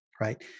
right